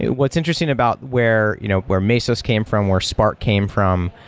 what's interesting about where you know where mesos came from, where spark came from,